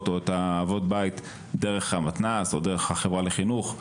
ואבות בית דרך המתנ"ס או דרך החברה לחינוך.